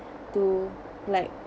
to like